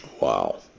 Wow